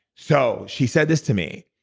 so she said this to me.